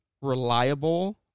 reliable